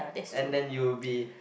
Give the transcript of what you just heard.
and then you'll be